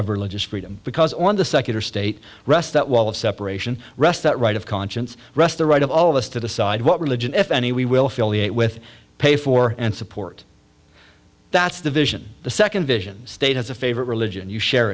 of religious freedom because the secular state rests that wall of separation rest that right of conscience rest the right of all of us to decide what religion if any we will feel the it with pay for and support that's the vision the second vision state as a favorite religion you share